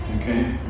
okay